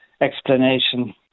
explanation